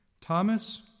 Thomas